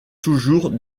toujours